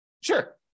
Sure